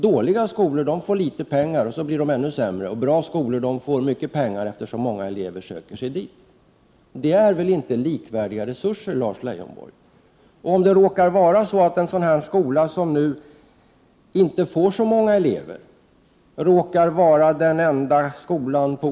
Dåliga skolor får litet pengar, så att de blir ännu sämre, och bra skolor får mycket pengar, eftersom många elever söker sig dit. Det innebär väl inte likvärda resurser, Lars Leijonborg? Om en skola som inte får så många elever råkar vara den enda skolan på Prot.